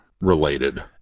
related